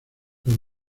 los